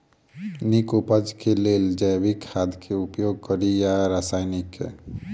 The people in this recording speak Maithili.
नीक उपज केँ लेल जैविक खाद केँ उपयोग कड़ी या रासायनिक केँ?